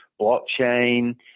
blockchain